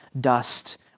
dust